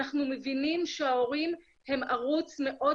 אנחנו מבינים שההורים הם ערוץ מאוד